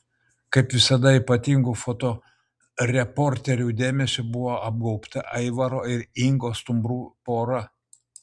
kaip visada ypatingu fotoreporterių dėmesiu buvo apgaubta aivaro ir ingos stumbrų pora